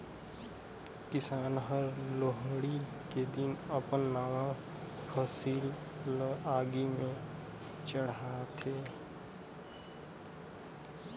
किसान हर लोहड़ी के दिन अपन नावा फसिल ल आगि में चढ़ाथें